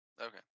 Okay